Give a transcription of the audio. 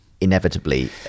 inevitably